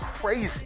crazy